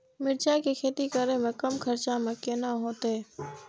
मिरचाय के खेती करे में कम खर्चा में केना होते?